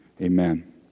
amen